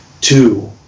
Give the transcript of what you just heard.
Two